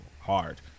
Hard